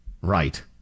right